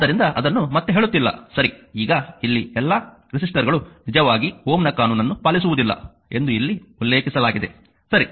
ಆದ್ದರಿಂದ ಅದನ್ನು ಮತ್ತೆ ಹೇಳುತ್ತಿಲ್ಲ ಸರಿ ಈಗ ಇಲ್ಲಿ ಎಲ್ಲಾ ರೆಸಿಸ್ಟರ್ಗಳು ನಿಜವಾಗಿ Ω ನ ಕಾನೂನನ್ನು ಪಾಲಿಸುವುದಿಲ್ಲ ಎಂದು ಇಲ್ಲಿ ಉಲ್ಲೇಖಿಸಲಾಗಿದೆ ಸರಿ